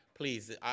please